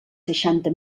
seixanta